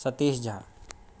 Satish Jha